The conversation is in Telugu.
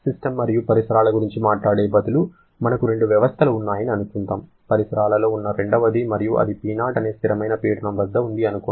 సిస్టమ్ మరియు పరిసరాల గురించి మాట్లాడే బదులు మనకు రెండు వ్యవస్థలు ఉన్నాయని అనుకుందాం పరిసరాలలో ఉన్న రెండవది మరియు అది P0 అనే స్థిరమైన పీడనం వద్ద వుంది అనుకోండి